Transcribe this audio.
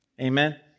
Amen